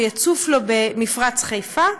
שיצוף לו במפרץ חיפה.